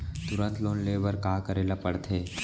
तुरंत लोन ले बर का करे ला पढ़थे?